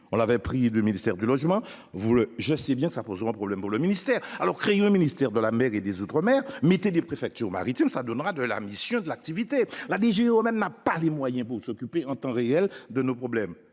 On l'avait pris de ministère du Logement, vous le, je sais bien ça posera problème le ministère alors créer un ministère de la mer et des Outre-mer mettez des préfectures maritimes ça donnera de la mission de l'activité la des JO même n'a pas les moyens pour s'occuper en temps réel de nos problèmes.